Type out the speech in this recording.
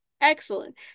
Excellent